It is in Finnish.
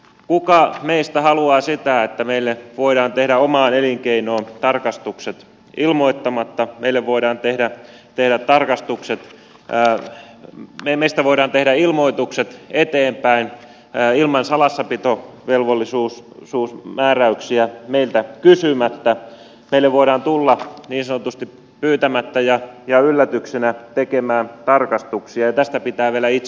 kuka meistä haluaa sitä että meille voidaan tehdä omaan elinkeinoon tarkastukset ilmoittamatta meille voidaan tehdä työtä tarkastuksen päällikkö meistä voidaan tehdä ilmoitukset eteenpäin ilman salassapitovelvollisuusmääräyksiä meiltä kysymättä meille voidaan tulla niin sanotusti pyytämättä ja yllätyksenä tekemään tarkastuksia ja tästä pitää vielä itse maksaa